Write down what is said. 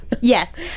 Yes